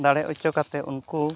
ᱫᱟᱲᱮ ᱚᱪᱚ ᱠᱟᱛᱮ ᱩᱝᱠᱩ